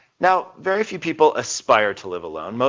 now very few people aspire to live alone, but